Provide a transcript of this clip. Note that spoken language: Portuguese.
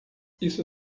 isso